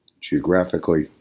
geographically